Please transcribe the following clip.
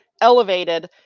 elevated